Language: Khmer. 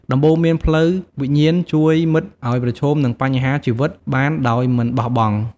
ដំបូន្មានផ្លូវវិញ្ញាណជួយមិត្តឲ្យប្រឈមនឹងបញ្ហាជីវិតបានដោយមិនបោះបង់។